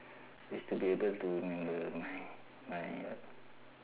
used to be able to remember my my what